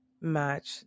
match